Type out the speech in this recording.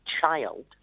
child